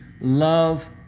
love